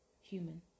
human